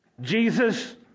Jesus